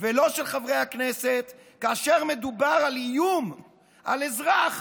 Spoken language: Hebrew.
ולא של חברי הכנסת, כאשר מדובר על איום על אזרח,